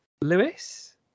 lewis